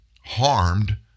harmed